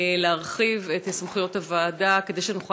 להרחיב את סמכויות הוועדה כדי שנוכל